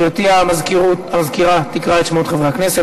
גברתי המזכירה תקרא את שמות חברי הכנסת,